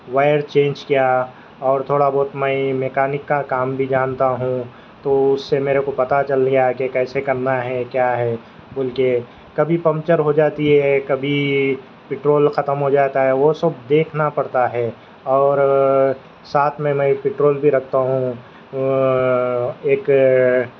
wire change کیا اور تھوڑا بہت میں میکینک کا کام بھی جانتا ہوں تو اس سے میرے کو پتہ چل گیا کہ کیسے کرنا ہے کیا ہے ان کے کبھی پنچر ہو جاتی ہے کبھی پٹرول ختم ہو جاتا ہے وہ سب دیکھنا پڑتا ہے اور ساتھ میں میں پٹرول بھی رکھتا ہوں وہ ایک